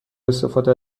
استفاده